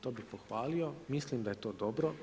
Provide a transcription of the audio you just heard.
To bih pohvalio i mislim da je to dobro.